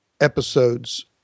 episodes